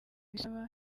bisaba